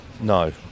no